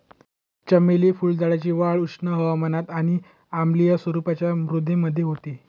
चमेली फुलझाडाची वाढ उष्ण हवामानात आणि आम्लीय स्वरूपाच्या मृदेमध्ये होते